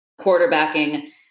quarterbacking